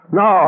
no